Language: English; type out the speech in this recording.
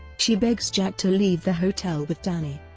she begs jack to leave the hotel with danny,